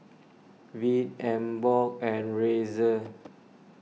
Veet Emborg and Razer